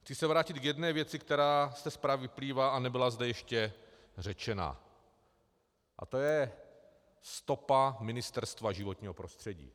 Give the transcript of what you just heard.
Chci se vrátit k jedné věci, která z té zprávy vyplývá a nebyla zde ještě řečena, a to je stopa Ministerstva životního prostředí.